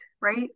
right